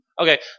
Okay